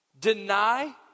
Deny